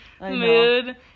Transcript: mood